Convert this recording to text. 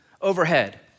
overhead